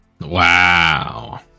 Wow